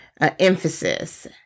emphasis